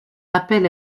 appelle